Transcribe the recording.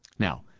Now